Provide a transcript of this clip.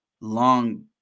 long